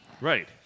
Right